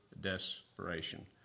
desperation